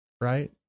Right